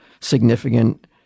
significant